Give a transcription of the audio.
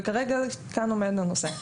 וכרגע --- הנושא.